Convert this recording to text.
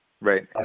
Right